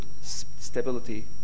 stability